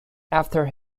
after